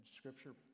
scripture